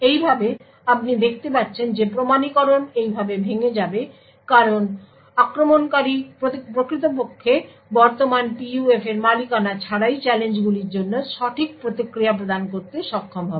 এইভাবে আপনি দেখতে পাচ্ছেন যে প্রমাণীকরণ এইভাবে ভেঙে যাবে কারণ আক্রমণকারী প্রকৃতপক্ষে বর্তমান PUF এর মালিকানা ছাড়াই চ্যালেঞ্জগুলির জন্য সঠিক প্রতিক্রিয়াগুলি প্রদান করতে সক্ষম হবে